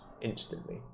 instantly